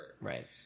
Right